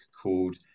called